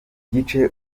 gice